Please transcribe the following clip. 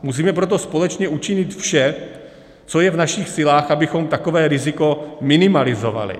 Musíme proto společně učinit vše, co je v našich silách, abychom takové riziko minimalizovali.